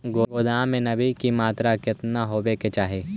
गोदाम मे नमी की मात्रा कितना होबे के चाही?